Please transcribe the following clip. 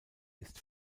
ist